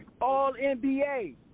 All-NBA